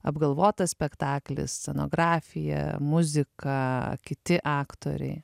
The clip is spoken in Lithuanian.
apgalvotas spektaklis scenografija muzika kiti aktoriai